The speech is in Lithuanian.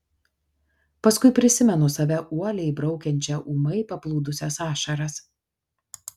paskui prisimenu save uoliai braukiančią ūmai paplūdusias ašaras